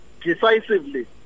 decisively